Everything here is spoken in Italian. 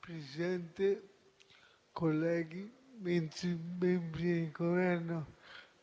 Presidente, colleghi, membri del Governo,